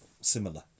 similar